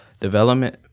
Development